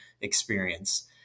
experience